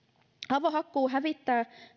avohakkuu hävittää